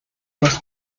was